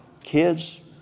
kids